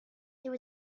there